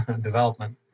development